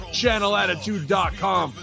channelattitude.com